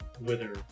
wither